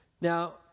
Now